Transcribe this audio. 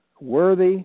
worthy